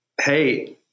hey